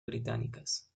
británicas